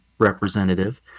Representative